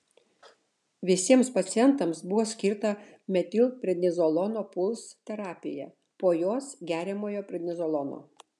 visiems pacientams buvo skirta metilprednizolono puls terapija po jos geriamojo prednizolono